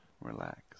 Relax